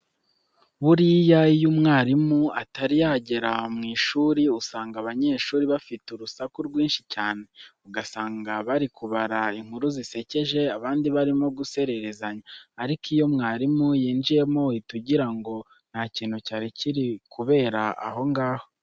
Buriya iyo umwarimu atari yagera mu ishuri usanga banyeshuri bafite urusaku rwinshi cyane. Ugasanga bari kubara inkuru zisekeje, abandi barimo gusererezanya ariko iyo mwarimu yinjiyemo uhita ugira ngo nta kintu cyari kiri kubera aho ngaho.